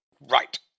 Right